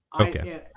Okay